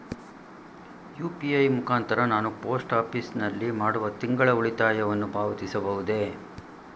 UPI ಮುಖಾಂತರ ನಾನು post office ನಲ್ಲಿ ಮಾಡುವ ತಿಂಗಳ ಉಳಿತಾಯವನ್ನು ಪಾವತಿಸಬಹುದೇ?